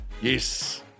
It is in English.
yes